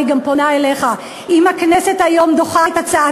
אני פונה גם אליך: אם הכנסת היום דוחה את הצעת